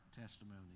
testimony